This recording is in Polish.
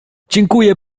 dziękuję